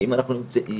ואם אנחנו מגלים